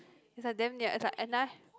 it's like damn near and I